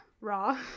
raw